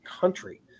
country